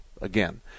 again